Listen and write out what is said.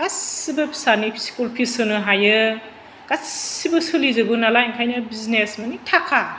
गासिबो फिसानि school fees होनो हायो गासिबो सोलिजोबो नालाय ओंखायनो बिजिनेस मानि थाखा